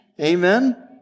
Amen